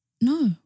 No